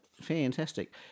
Fantastic